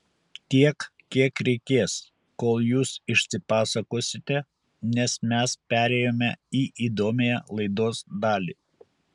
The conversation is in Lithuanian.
tiek kiek reikės kol jūs išsipasakosite nes mes perėjome į įdomiąją laidos dalį